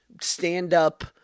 stand-up